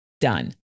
Done